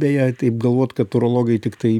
beje taip galvot kad urologai tiktai